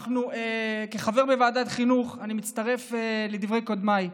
כחבר בוועדת החינוך, אני מצטרף לדברי קודמיי.